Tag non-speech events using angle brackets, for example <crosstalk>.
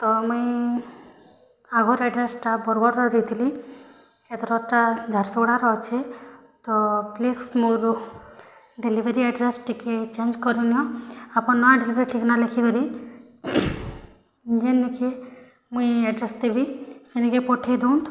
ତ ମୁଇଁ ଆଗର୍ ଆଡ୍ରେସ୍ଟା ବରଗଡ଼୍ର ଦେଇଥିଲି ଏଥରର୍ଟା ଝାର୍ସୁଗୁଡ଼ାର ଅଛେ ତ ପ୍ଲିଜ୍ ମୋର ଡେଲିଭରୀ ଆଡ୍ରେସ୍ ଟିକେ ଚେଞ୍ଜ୍ କରିନିଅ ଆପନ୍ ନାଁଟେ <unintelligible> ଠିକ୍ନା ଲେଖିକରି ଯେନ୍ନିକେ ମୁଇଁ ଆଡ୍ରେସ୍ ଦେବି ସେନ୍କେ ପଠେଇ ଦଉନ୍